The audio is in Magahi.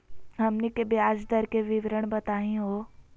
हमनी के ब्याज दर के विवरण बताही हो?